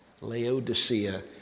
Laodicea